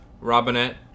robinette